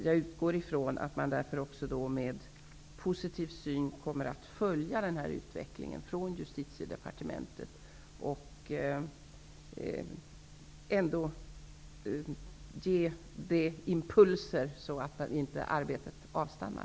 Jag utgår från att man på Justitiedepartementet med en positiv syn följer utvecklingen och att man ger impulser som gör att arbetet inte avstannar.